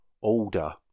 order